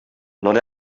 not